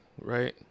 Right